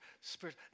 spirit